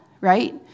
right